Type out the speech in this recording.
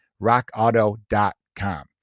rockauto.com